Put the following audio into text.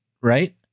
right